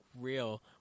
real